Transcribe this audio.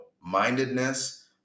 mindedness